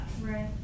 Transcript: Right